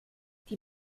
die